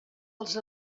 als